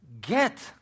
get